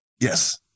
Yes